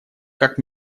как